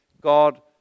God